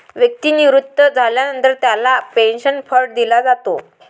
व्यक्ती निवृत्त झाल्यानंतर त्याला पेन्शन फंड दिला जातो